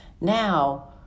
Now